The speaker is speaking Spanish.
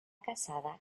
casada